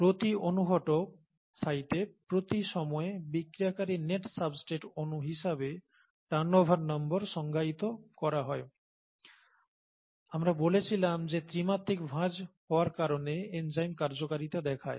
প্রতি অনুঘটক সাইটে প্রতি সময়ে বিক্রিয়াকারী নেট সাবস্ট্রেট অনু হিসাবে টার্নওভার নম্বর সংজ্ঞায়িত করা হয় আমরা বলেছিলাম যে ত্রিমাত্রিক ভাঁজ হওয়ার কারণে এনজাইম কার্যকারিতা দেখায়